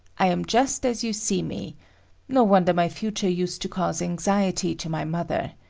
i am just as you see me no wonder my future used to cause anxiety to my mother.